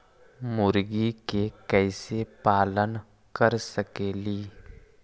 मुर्गि के कैसे पालन कर सकेली?